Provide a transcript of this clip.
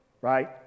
right